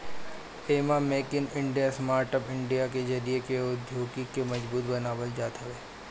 एमे make in India, startup India के जरिया से औद्योगिकी के मजबूत बनावल जात हवे